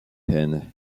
and